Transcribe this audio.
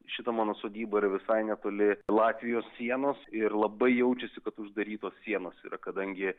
šita mano sodyba yra visai netoli latvijos sienos ir labai jaučiasi kad uždarytos sienos yra kadangi